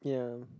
ya